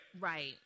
Right